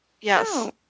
Yes